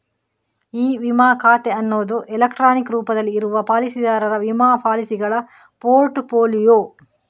E ವಿಮಾ ಖಾತೆ ಅನ್ನುದು ಎಲೆಕ್ಟ್ರಾನಿಕ್ ರೂಪದಲ್ಲಿ ಇರುವ ಪಾಲಿಸಿದಾರರ ವಿಮಾ ಪಾಲಿಸಿಗಳ ಪೋರ್ಟ್ ಫೋಲಿಯೊ